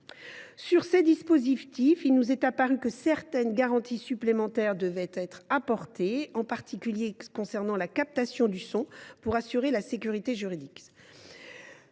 ces dispositifs, il nous est apparu que certaines garanties supplémentaires devaient être apportées, en particulier concernant la captation du son, afin d’assurer leur sécurité juridique.